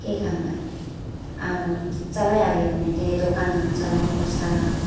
के काम गर्ने अब चलाइहाल्यो भने त्यही दोकानहरू चलाउनुपर्छ